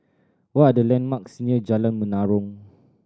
what are the landmarks near Jalan Menarong